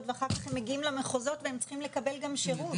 ואחר כך הם מגיעים למחוזות והם צריכים לקבל גם שירות.